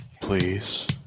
Please